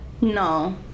No